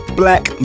black